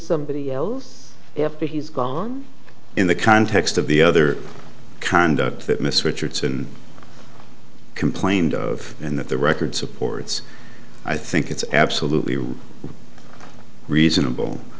somebody else after he's gone in the context of the other conduct that miss richardson complained of and that the record supports i think it's absolutely reasonable